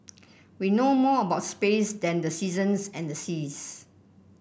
we know more about space than the seasons and the seas